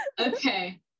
Okay